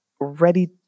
ready